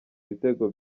ibitego